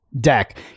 deck